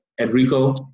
Enrico